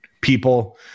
people